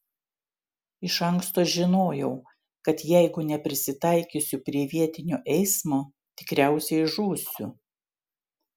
iš anksto žinojau kad jeigu neprisitaikysiu prie vietinio eismo tikriausiai žūsiu